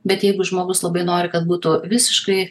bet jeigu žmogus labai nori kad būtų visiškai